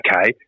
okay